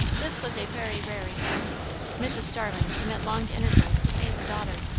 this was a very rare event mrs. starling came at long intervals to see her daughter,